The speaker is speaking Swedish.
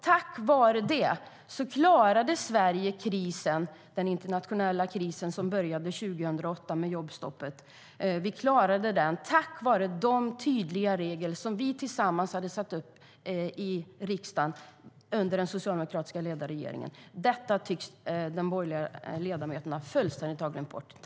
Sverige klarade den internationella kris som började 2008 med jobbstoppet tack vare dessa tydliga regler som vi tillsammans satte upp i riksdagen under den socialdemokratiskt ledda regeringen. Detta tycks de borgerliga ledamöterna fullständigt ha glömt bort.